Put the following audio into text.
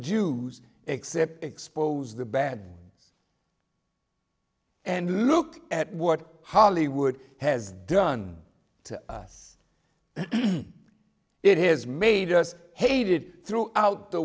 jews except expose the bad and look at what hollywood has done to us it has made us hated throughout the